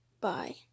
bye